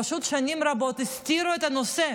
פשוט שנים רבות הסתירו את הנושא,